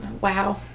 Wow